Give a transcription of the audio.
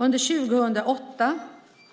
Under 2008